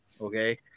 okay